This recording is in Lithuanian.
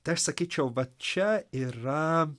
tai aš sakyčiau va čia yra